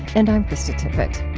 and i'm krista tippett